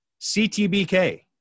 CTBK